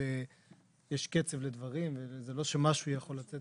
שיש קצב לדברים וזה לא שמשהו יכול לצאת